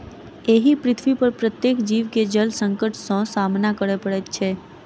एहि पृथ्वीपर प्रत्येक जीव के जल संकट सॅ सामना करय पड़ैत छै